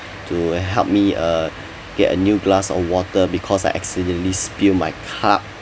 to help me uh get a new glass of water because I accidentally spilled my cup